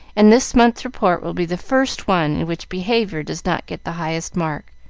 and this month's report will be the first one in which behavior does not get the highest mark.